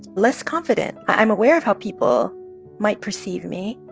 less confident. i'm aware of how people might perceive me.